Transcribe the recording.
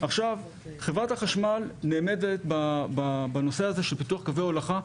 חברת החשמל נאמדת בנושא של פיתוח קווי הולכה,